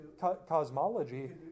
cosmology